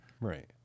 right